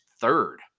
third